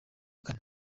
kane